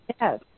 Yes